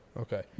Okay